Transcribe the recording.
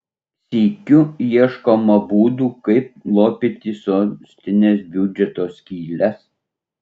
sykiu ieškoma būdų kaip lopyti sostinės biudžeto skyles